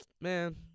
man